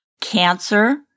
cancer